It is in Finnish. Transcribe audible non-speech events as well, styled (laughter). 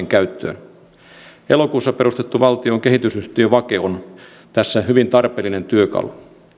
(unintelligible) käyttöön elokuussa perustettu valtion kehitysyhtiö vake on tässä hyvin tarpeellinen työkalu